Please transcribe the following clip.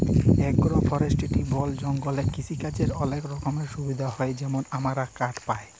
এগ্র ফরেস্টিরি বল জঙ্গলে কিসিকাজের অলেক রকমের সুবিধা হ্যয় যেমল আমরা কাঠ পায়